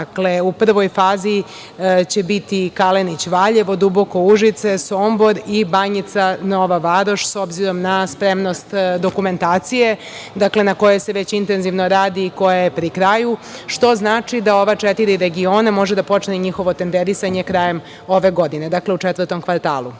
faze. Dakle, u prvoj fazi, će biti Kalenić, Valjevo, Duboko, Užice, Sombor i Banjica, Nova Varoš, s obzirom na spremnost dokumentacije, na koje se već intenzivno radi i koja je pri kraju, što znači da ova četiri regiona, može da počne i njihovo tenderisanje krajem ove godine, dakle, u četvrtom kvartalu. Svakako,